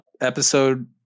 episode